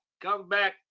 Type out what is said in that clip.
comeback